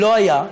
לא היה,